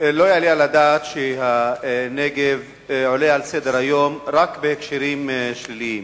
לא יעלה על הדעת שהנגב עולה על סדר-היום רק בהקשרים שליליים.